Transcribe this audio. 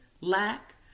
lack